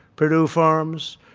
perdue farms,